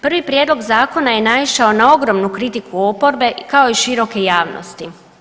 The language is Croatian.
Prvi prijedlog zakona je naišao na ogromnu kritiku oporbe kao i široke javnosti.